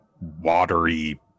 watery